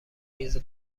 میز